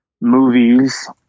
movies